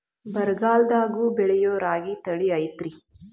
ಬರಗಾಲದಾಗೂ ಬೆಳಿಯೋ ರಾಗಿ ತಳಿ ಐತ್ರಿ?